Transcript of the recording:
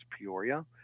Peoria